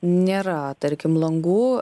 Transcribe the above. nėra tarkim langų